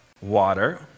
Water